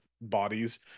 bodies